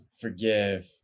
forgive